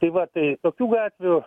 tai va tai kokių gatvių